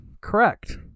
Correct